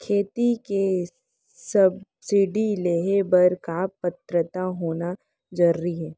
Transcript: खेती के सब्सिडी लेहे बर का पात्रता होना जरूरी हे?